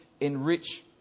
enrich